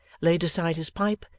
laid aside his pipe,